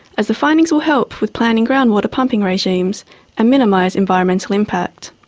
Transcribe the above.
as the findings will help with planning groundwater pumping regimes and minimise environmental impact.